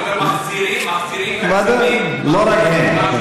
אני אומר: מחזירים, מחזירים תקציבים, לא רק הם.